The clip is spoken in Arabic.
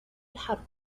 الحرب